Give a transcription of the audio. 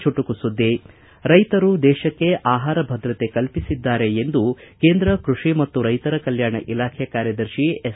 ಚುಟುಕು ಸುದ್ದಿ ರೈತರು ದೇಶಕ್ಕೆ ಆಹಾರ ಭದ್ರತೆ ಕಲ್ಪಿಸಿದ್ದಾರೆ ಎಂದು ಕೇಂದ್ರ ಕೃಷಿ ಮತ್ತು ರೈತರ ಕಲ್ಕಾಣ ಇಲಾಖೆ ಕಾರ್ಯದರ್ಶಿ ಎಸ್